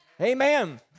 Amen